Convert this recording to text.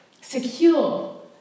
secure